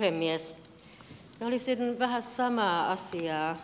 minä olisin vähän samaa asiaa